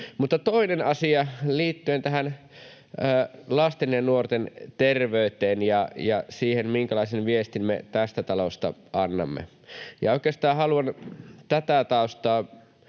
Toinen asia liittyen tähän lasten ja nuorten terveyteen ja siihen, minkälaisen viestin me tästä talosta annamme. Oikeastaan haluan tätä taustaa